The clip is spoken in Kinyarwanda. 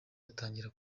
atangira